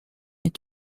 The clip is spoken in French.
est